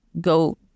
go